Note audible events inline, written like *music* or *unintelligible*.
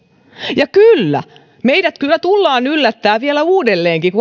ja kyllä meidät kyllä tullaan yllättämään vielä uudelleenkin *unintelligible*